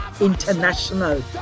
International